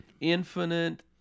infinite